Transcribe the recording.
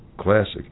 Classic